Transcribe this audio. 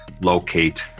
locate